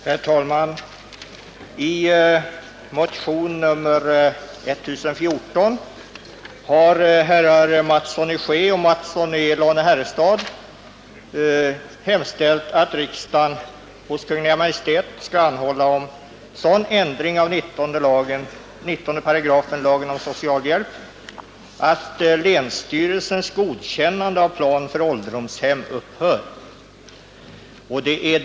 Herr talman! I motion nr 1014 har herrar Mattsson i Skee och Mattsson i Lane-Herrestad hemställt att riksdagen hos Kungl. Maj:t anhåller om sådan ändring av 19 § lagen om socialhjälp att länsstyrelsens godkännande av plan för ålderdomshem upphör.